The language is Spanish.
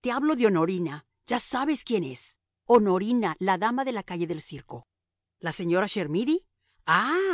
te hablo de honorina ya sabes quién es honorina la dama de la calle del circo la señora chermidy ah